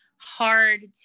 hard